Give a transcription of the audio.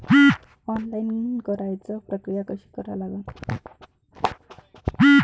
Online कराच प्रक्रिया कशी करा लागन?